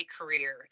career